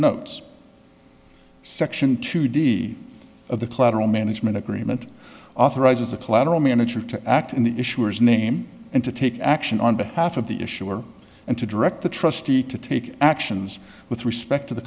notes section two d of the collateral management agreement authorizes a collateral manager to act in the issuers name and to take action on behalf of the issuer and to direct the trustee to take actions with respect to the